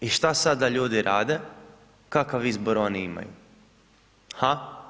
I što sada da ljudi rade, kakav izbor imaju, ha?